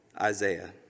Isaiah